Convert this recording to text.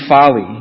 folly